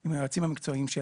עם היועצים המקצועיים שלנו.